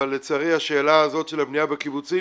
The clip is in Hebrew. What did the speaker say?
אבל לצערי השאלה הזאת של הבניה בקיבוצים